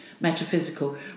metaphysical